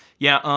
yeah,